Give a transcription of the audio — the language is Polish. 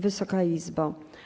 Wysoka Izbo!